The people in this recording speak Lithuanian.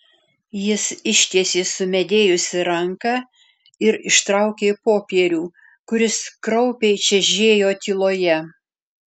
jis ištiesė sumedėjusią ranką ir ištraukė popierių kuris kraupiai čežėjo tyloje